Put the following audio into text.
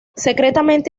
secretamente